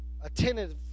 attentive